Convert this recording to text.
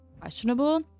questionable